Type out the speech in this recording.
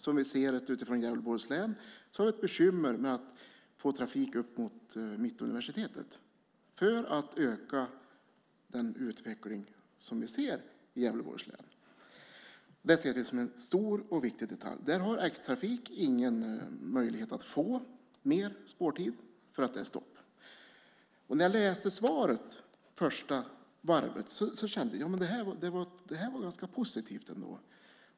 Som vi ser det i Gävleborgs län är det bekymmer att få trafik upp till Mittuniversitetet för att öka den utveckling som vi ser i Gävleborgs län. Det ser vi som en stor och viktig detalj. Där har X-Trafik ingen möjlighet att få mer spårtid för att det är stopp. När jag läste svaret första gången tyckte jag att det var ganska positivt.